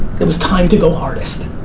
it was time to go hardest.